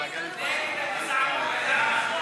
נגד הגזענות,